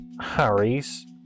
harry's